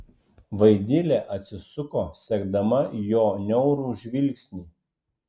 vaidilė atsisuko sekdama jo niaurų žvilgsnį